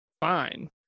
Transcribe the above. fine